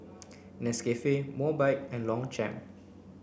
Nescafe Mobike and Longchamp